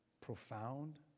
Profound